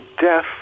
death